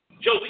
Joe